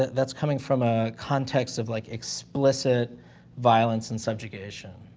that's coming from a context of, like, explicit violence and subjugation,